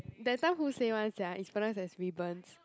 that time who say [one] sia it's pronounced as ribbons